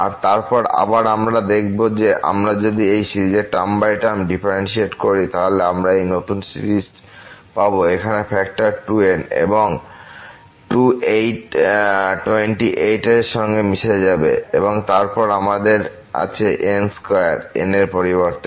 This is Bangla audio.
আর তারপর আবার আমরা দেখবো যে আমরা যদি এই সিরিজের টার্ম বাই টার্ম ডিফারেন্শিয়েট করি তাহলে আমরা এই নতুন সিরিজ পাবো এখানে ফ্যাক্টর 2 n এবং 2 8 এর সঙ্গে মিশে যাবেএবং তারপর আমাদের আছে n2 n এর পরিবর্তে